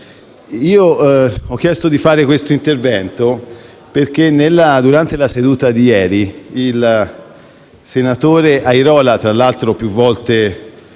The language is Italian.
ho chiesto di svolgere questo intervento perché durante la seduta di ieri il senatore Airola, tra l'altro più volte